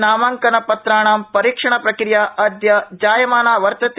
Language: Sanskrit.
नामांकन पत्राणां परीक्षणप्रक्रिया अद्य जायमाना वर्तते